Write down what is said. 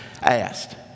asked